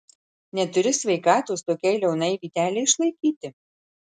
neturi sveikatos tokiai liaunai vytelei išlaikyti